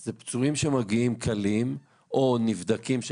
זה פצועים קלים שמגיעים או נבדקים,